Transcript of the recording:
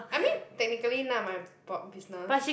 I mean technically none of my bu~ business